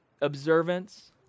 observance